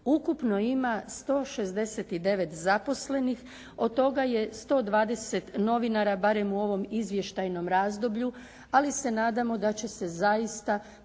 Ukupno ima 169 zaposlenih, od toga je 120 novinara barem u ovom izvještajnom razdoblju ali se nadamo da će se zaista taj